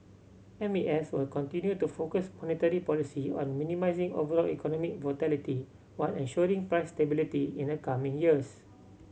M A S will continue to focus monetary policy on minimising overall economic volatility while ensuring price stability in the coming years